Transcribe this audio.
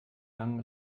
langen